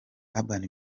urban